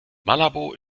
malabo